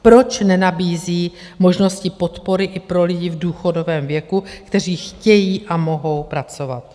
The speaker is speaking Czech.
Proč nenabízí možnosti podpory i pro lidi v důchodovém věku, kteří chtějí a mohou pracovat?